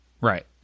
Right